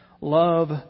Love